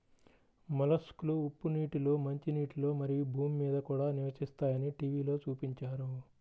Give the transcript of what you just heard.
మొలస్క్లు ఉప్పు నీటిలో, మంచినీటిలో, మరియు భూమి మీద కూడా నివసిస్తాయని టీవిలో చూపించారు